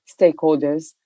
stakeholders